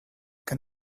can